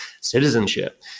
citizenship